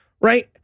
right